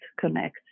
connect